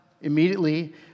immediately